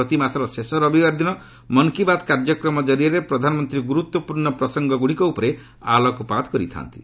ପ୍ରତି ମାସର ଶେଷ ରବିବାର ଦିନ ମନ୍ କୀ ବାତ୍ କାର୍ଯ୍ୟକ୍ରମ କରିଆରେ ପ୍ରଧାନମନ୍ତ୍ରୀ ଗୁରୁତ୍ୱପୂର୍ଣ୍ଣ ପ୍ରସଙ୍ଗଗୁଡ଼ିକ ଉପରେ ଆଲୋକପାତ କରିଥା'ନ୍ତି